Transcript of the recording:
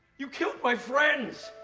you killed my friends!